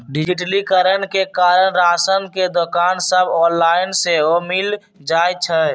डिजिटलीकरण के कारण राशन के दोकान सभ ऑनलाइन सेहो मिल जाइ छइ